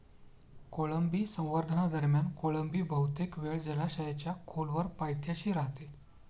कोळंबी संवर्धनादरम्यान कोळंबी बहुतेक वेळ जलाशयाच्या खोलवर पायथ्याशी राहते